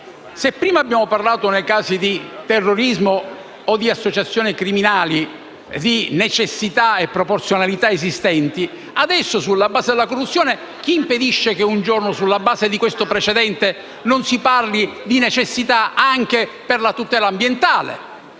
se prima abbiamo parlato, nei casi di terrorismo o di associazioni criminali, di necessità e proporzionalità esistenti, adesso che stiamo parlando di corruzione, chi potrebbe impedire che un giorno, sulla base di questo precedente, non si parli di necessità anche per la tutela ambientale